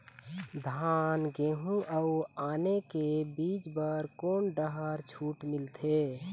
धान गेहूं अऊ आने बीज बर कोन डहर छूट मिलथे?